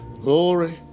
Glory